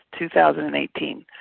2018